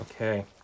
Okay